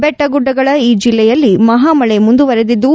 ಬೆಟ್ಟ ಗುಡ್ಡಗಳ ಈ ಜಿಲ್ಲೆಯಲ್ಲಿ ಮಹಾ ಮಳೆ ಮುಂದುವರೆದಿದ್ದು